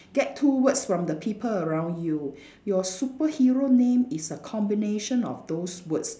get two words from the people around you your superhero name is a combination of those words